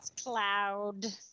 Cloud